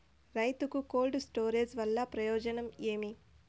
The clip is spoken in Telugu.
రైతుకు కోల్డ్ స్టోరేజ్ వల్ల ప్రయోజనం ఏమి?